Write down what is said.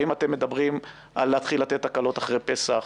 האם אתם מדברים על הקלות אחרי פסח?